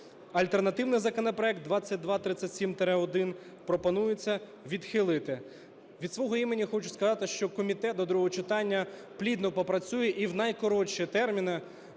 Альтернативний законопроект 2237-1 пропонується відхилити. Від свого імені хочу сказати, що комітет до другого читання плідно попрацює і в найкоротші терміни,